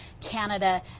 Canada